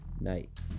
night